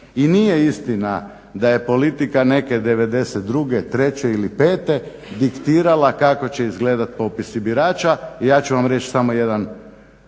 I nije istina da je politika neke 1992., treće ili pete diktirala kako će izgledati popisi birača. Ja ću vam reći samo jedan